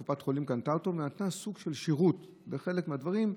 קופת החולים קנתה אותו ונתנה סוג של שירות בחלק מהדברים,